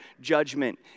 judgment